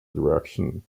direction